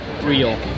real